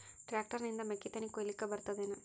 Tractor ನಿಂದ ಮೆಕ್ಕಿತೆನಿ ಕೊಯ್ಯಲಿಕ್ ಬರತದೆನ?